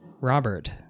Robert